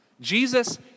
Jesus